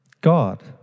God